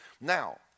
Now